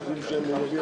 שבועיים.